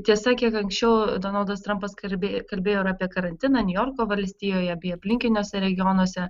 tiesa kiek anksčiau donaldas trampas kalbė kalbėjo ir apie karantiną niujorko valstijoje bei aplinkiniuose regionuose